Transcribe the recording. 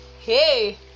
hey